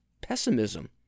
pessimism